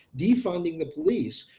defunding the police,